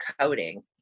coding